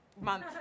month